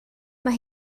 mae